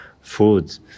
food